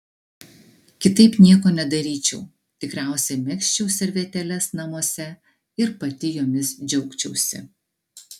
kitaip nieko nedaryčiau tikriausiai megzčiau servetėles namuose ir pati jomis džiaugčiausi